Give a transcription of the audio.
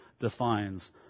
defines